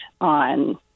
on